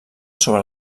sobre